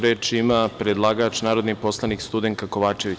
Reč ima predlagač narodni poslanik Studenka Kovačević.